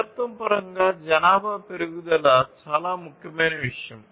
స్థిరత్వం పరంగా జనాభా పెరుగుదల చాలా ముఖ్యమైన విషయం